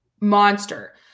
Monster